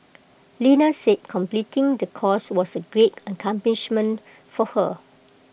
Lena said completing the course was A great accomplishment for her